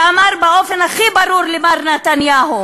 ואמר באופן הכי ברור למר נתניהו: